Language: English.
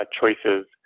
choices